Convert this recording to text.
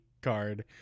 card